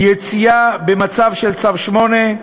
יציאה במצב של צו 8,